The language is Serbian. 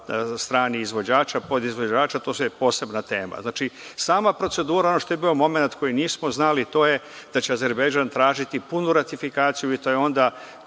strani izvođača, podizvođača to je posebna tema. Znači, sama procedura ono što je bio momenat koji nismo znali to je da će Azerbejdžan tražiti punu ratifikaciju i to je onda